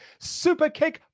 Superkick